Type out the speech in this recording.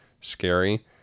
scary